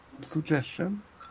suggestions